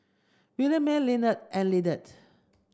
Williemae Lillard and Liddie